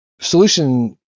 solution